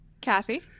Kathy